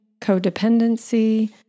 codependency